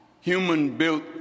human-built